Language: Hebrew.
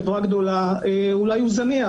חברה גדולה אולי הוא זניח,